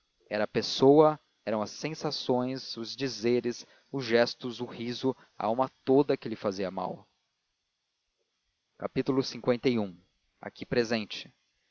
era a pessoa eram as sensações os dizeres os gestos o riso a alma toda que lhe fazia mal li aqui presente